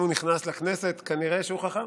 אם הוא נכנס לכנסת כנראה שהוא חכם,